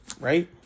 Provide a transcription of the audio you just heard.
Right